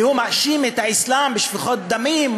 והוא מאשים את האסלאם בשפיכות דמים,